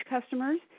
customers